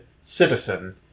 citizen